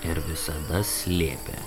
ir visada slėpė